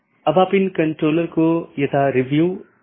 BGP AS के भीतर कार्यरत IGP को प्रतिस्थापित नहीं करता है